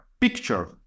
picture